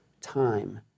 time